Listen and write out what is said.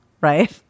right